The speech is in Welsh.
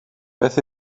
beth